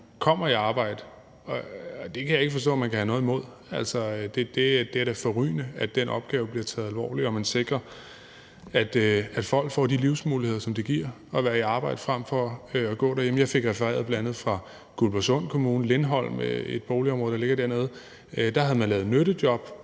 kommer i arbejde. Det kan jeg ikke forstå man kan have noget imod. Altså, det er da forrygende, at den opgave bliver taget alvorligt, og at man sikrer, at folk får de livsmuligheder, som det giver at være i arbejde frem for at gå derhjemme. Jeg fik bl.a. refereret fra Guldborgsund Kommune noget om et boligområde, Lindholm, der ligger dernede. Der havde man lavet nyttejob